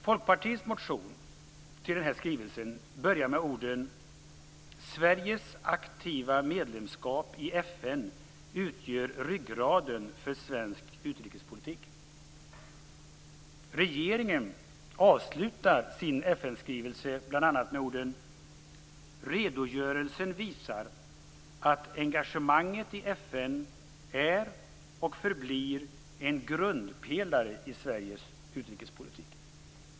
Folkpartiets motion till den här skrivelsen börjar med orden: Sveriges aktiva medlemskap i FN utgör ryggraden för svensk utrikespolitik. Regeringen avslutar sin FN-skrivelse bl.a. med orden: Redogörelsen visar att engagemanget i FN är och förblir en grundpelare i Sveriges utrikespolitik.